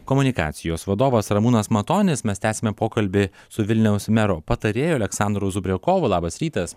komunikacijos vadovas ramūnas matonis mes tęsiame pokalbį su vilniaus mero patarėju aleksandru zubriokovu labas rytas